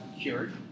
cured